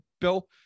Bill